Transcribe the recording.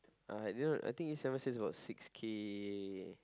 uh I don't know I think each semester is about six K